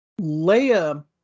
Leia